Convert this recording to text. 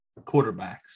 quarterbacks